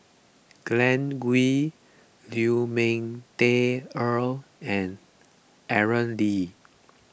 Glen Goei Lu Ming Teh Earl and Aaron Lee